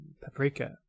Paprika